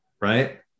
right